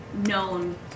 known